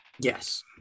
Yes